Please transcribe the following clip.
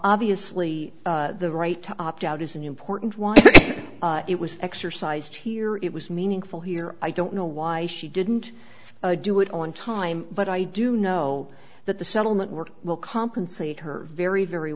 obviously the right to opt out is an important one it was exercised here it was meaningful here i don't know why she didn't do it on time but i do know that the settlement work will compensate her very very